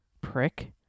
prick